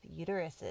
uteruses